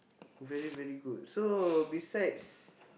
very very good so besides